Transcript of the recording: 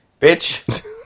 Bitch